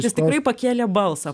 jis tikrai pakėlė balsą